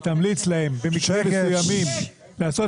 היא תמליץ להם במקרים מסוימים לעשות